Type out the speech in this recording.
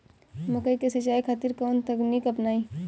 मकई के सिंचाई खातिर कवन तकनीक अपनाई?